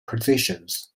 positions